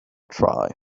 try